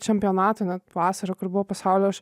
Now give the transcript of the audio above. čempionato vasarą kur buvo pasaulio aš